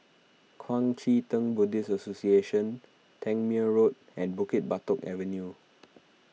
Kuang Chee Tng Buddhist Association Tangmere Road and Bukit Batok Avenue